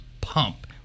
pump